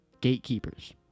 gatekeepers